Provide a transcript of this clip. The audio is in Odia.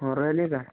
ଘରେ ରହିଲେ ଏକା